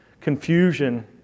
confusion